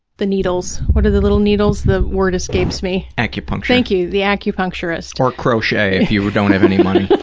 the needles, what are the little needles, the word escapes me? acupuncture. thank you, the acupuncturist. or crochet, if you don't have any money. yes.